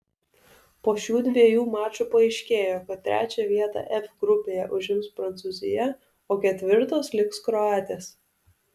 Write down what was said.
po šių dviejų mačų paaiškėjo kad trečią vietą f grupėje užims prancūzija o ketvirtos liks kroatės